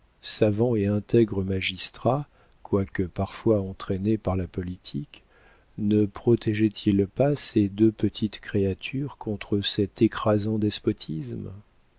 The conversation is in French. savant et intègre magistrat quoique parfois entraîné par la politique ne protégeait il pas ces deux petites créatures contre cet écrasant despotisme